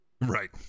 right